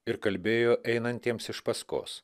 ir kalbėjo einantiems iš paskos